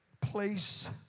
place